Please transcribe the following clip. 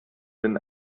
den